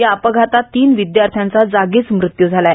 या अपघातात तीन विद्यार्थ्यांनचा जागीच मृत्यू झाला आहे